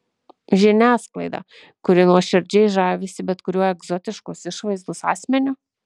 žiniasklaidą kuri nuoširdžiai žavisi bet kuriuo egzotiškos išvaizdos asmeniu